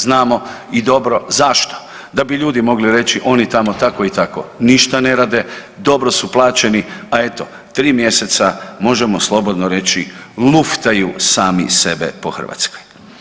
Znamo dobro i zašto, da bi ljudi mogli reći oni tamo tako i tako ništa ne rade, dobro su plaćeni, a eto tri mjeseca možemo slobodno reći luftaju sami sebe po Hrvatskoj.